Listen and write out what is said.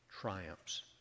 triumphs